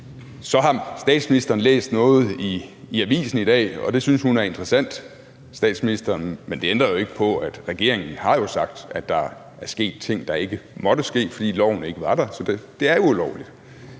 Så har statsministeren læst noget i avisen i dag, og det synes hun er interessant, statsministeren, men det ændrer jo ikke på, at regeringen har sagt, at der er sket ting, der ikke måtte ske, fordi loven ikke var der. Så det er jo ulovligt.